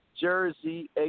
jersey